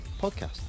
podcast